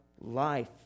life